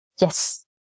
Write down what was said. Yes